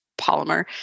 polymer